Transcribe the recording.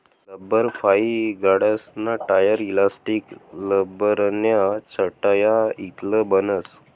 लब्बरफाइ गाड्यासना tyre, elastic, लब्बरन्या चटया इतलं बनस